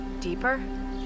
deeper